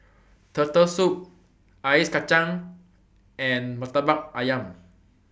Turtle Soup Ice Kachang and Murtabak Ayam